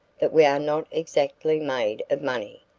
that we are not exactly made of money,